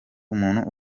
umuntu